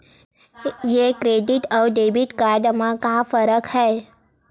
ये क्रेडिट आऊ डेबिट मा का फरक है?